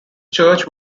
church